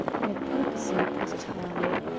i purposely put it high.